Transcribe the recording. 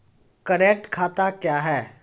Current खाता क्या हैं?